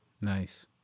Nice